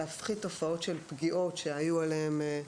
להפחית תופעות של פגיעות שהיו עליהם.